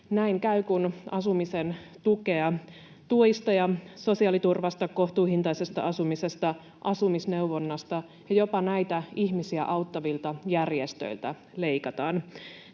Näin käy, kun asumisen tuista ja sosiaaliturvasta, kohtuuhintaisesta asumisesta, asumisneuvonnasta ja jopa näitä ihmisiä auttavilta järjestöiltä leikataan.